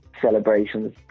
celebrations